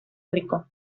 rico